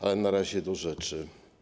Ale na razie do rzeczy.